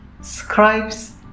scribes